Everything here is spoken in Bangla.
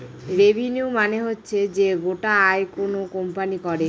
রেভিনিউ মানে হচ্ছে যে গোটা আয় কোনো কোম্পানি করে